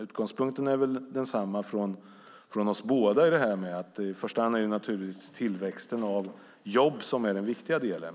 Utgångspunkten är väl densamma för oss båda, att det i första hand är tillväxten av jobb som är det viktiga.